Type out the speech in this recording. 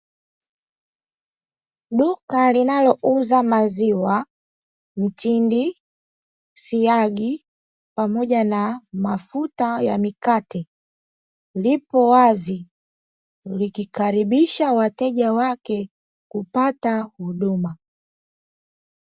Duka linalouza maziwa, mtindi, siagi pamoja na mafuta ya mikate lipo wazi likikaribisha wateja wake kupata huduma.